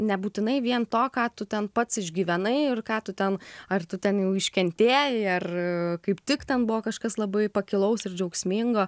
nebūtinai vien to ką tu ten pats išgyvenai ir ką tu ten ar tu ten jau iškentėjai ar kaip tik ten buvo kažkas labai pakilaus ir džiaugsmingo